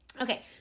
Okay